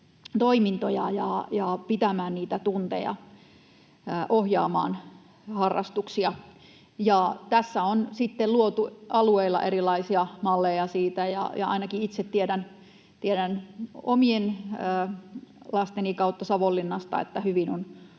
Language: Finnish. toimintoja ja pitämään niitä tunteja, ohjaamaan harrastuksia. Tässä on sitten luotu alueilla erilaisia malleja siitä, ja ainakin itse tiedän omien lasteni kautta Savonlinnasta, että hyvin on